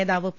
നേതാവ് പി